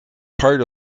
part